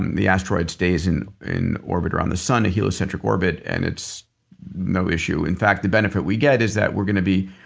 the asteroid stays in in orbit around the sun, the heliocentric orbit, and it's no issue. in fact, the benefit we get is that we're going to be